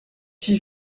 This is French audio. qui